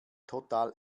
total